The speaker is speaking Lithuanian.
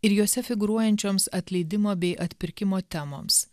ir juose figūruojančioms atleidimo bei atpirkimo temoms